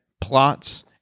plots